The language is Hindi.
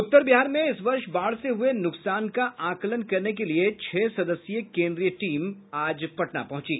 उत्तर बिहार में इस वर्ष बाढ़ से हुए नुकसान का आकलन करने के लिये छह सदस्यीय केन्द्रीय टीम आज पटना पहुंची